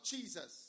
Jesus